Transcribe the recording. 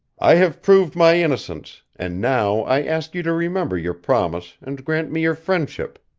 i have proved my innocence, and now i ask you to remember your promise and grant me your friendship,